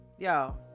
Yo